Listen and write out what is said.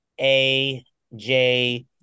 AJ